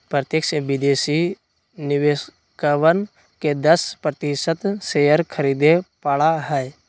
प्रत्यक्ष विदेशी निवेशकवन के दस प्रतिशत शेयर खरीदे पड़ा हई